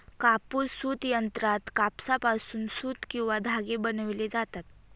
कापूस सूत यंत्रात कापसापासून सूत किंवा धागे बनविले जातात